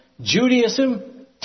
Judaism